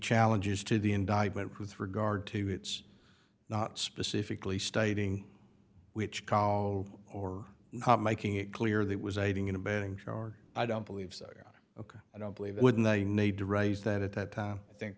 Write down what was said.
challenges to the indictment with regard to it's not specifically stating which call or not making it clear that was aiding and abetting tro or i don't believe so because i don't believe wouldn't they need to raise that at that time i think